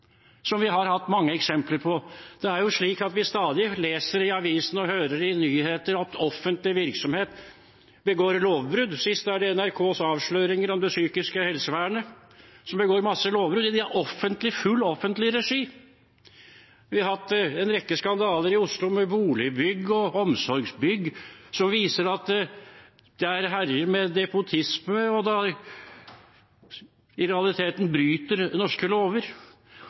som vi har hatt mange eksempler på. Vi leser stadig i avisene og hører i nyhetene at offentlig virksomhet begår lovbrudd, sist med NRKs avsløringer om det psykiske helsevernet, der det begås mange lovbrudd i full offentlig regi. Vi har hatt en rekke skandaler i Oslo, med Boligbygg og Omsorgsbygg, som viser at man herjer med despotisme og i realiteten bryter norske lover.